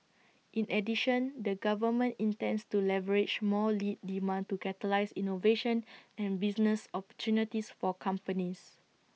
in addition the government intends to leverage more lead demand to catalyse innovation and business opportunities for companies